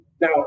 Now